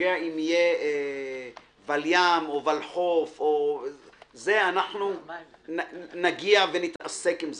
שנוגע אם יהיה ולי"ם או ולחו"ף אנחנו נגיע ונתעסק עם זה.